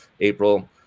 april